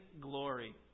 glory